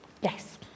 Yes